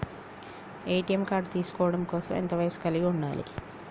ATM card తీసుకోవడం కోసం ఎంత వయస్సు కలిగి ఉండాలి?